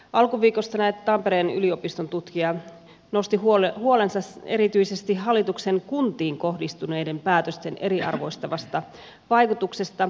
alkuviikosta näet tampereen yliopiston tutkija nosti huolensa erityisesti hallituksen kuntiin kohdistuneiden päätösten eriarvoistavasta vaikutuksesta